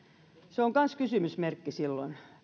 se on kanssa kysymysmerkki silloin